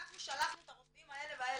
אנחנו שלחנו את הרופאים האלה והאלה,